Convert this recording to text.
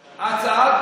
אומר,